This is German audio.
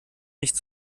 nicht